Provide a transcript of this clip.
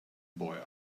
boy